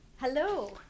hello